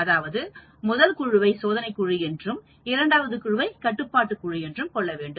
அதாவது முதல் குழுவை சோதனைக் குழு என்றும் இரண்டாவது குழுவை கட்டுப்பாட்டு குழு என்றும் கொள்ள வேண்டும்